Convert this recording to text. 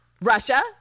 Russia